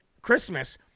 Christmas